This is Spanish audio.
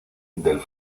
del